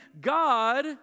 God